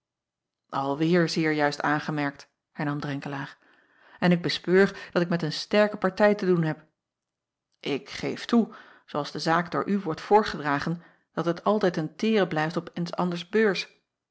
lweêr zeer juist aangemerkt hernam renkelaer en ik bespeur dat ik met een sterke partij te doen heb k geef toe zoo als de zaak door u wordt voorgedragen dat het altijd een teren blijft op eens anders beurs